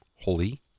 Holy